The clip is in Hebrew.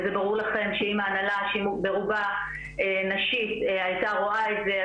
וזה ברור לכם שאם ההנהלה שהיא ברובה נשית הייתה רואה את זה,